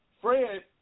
Fred